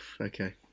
Okay